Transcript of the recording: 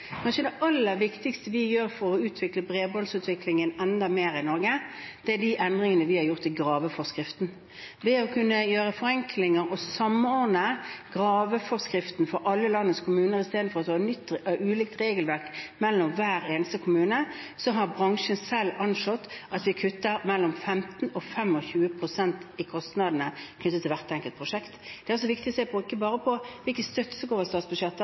Det kanskje aller viktigste vi gjør for å utvikle bredbånd enda mer i Norge, er de endringene vi har gjort i graveforskriften. Ved å kunne gjøre forenklinger og samordne graveforskriften for alle landets kommuner i stedet for at det er ulikt regelverk i hver eneste kommune, har bransjen selv anslått at en kutter mellom 15 og 25 pst. av kostnadene knyttet til hvert enkelt prosjekt. Det er viktig å ikke bare se på støtten som går over statsbudsjettet,